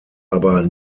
aber